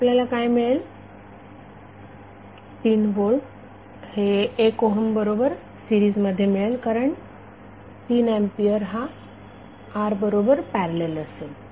तर आपल्याला काय मिळेल 3 व्होल्ट हे 1 ओहम बरोबर सीरिज मध्ये मिळेल कारण तीन एंपियर हा R बरोबर पॅरलल असेल